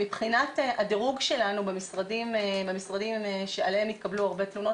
מבחינת הדירוג שלנו במשרדים שעליהם התקבלו הרבה תלונות,